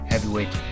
heavyweight